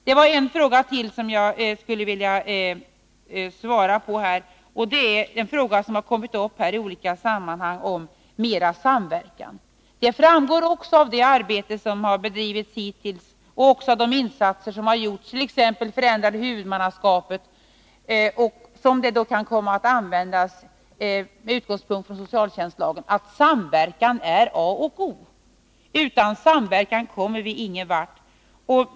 Det var en fråga till som jag skulle vilja svara på, om mera samverkan. Det framgår också av det arbete som bedrivits hittills och av de insatser som gjorts, t.ex. förändrat huvudmannaskap, att samverkan är A och O. Utan samverkan kommer vi ingen vart.